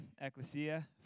Ecclesia